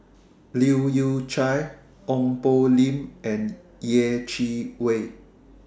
Leu Yew Chye Ong Poh Lim and Yeh Chi Wei